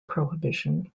prohibition